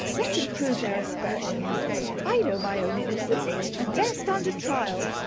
let em prove their aspersions i know my own innocence, and dare stand a trial.